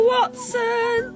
Watson